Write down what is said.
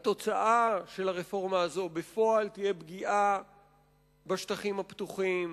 התוצאה של הרפורמה הזו בפועל תהיה פגיעה בשטחים הפתוחים,